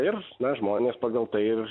ir na žmonės pagal tai ir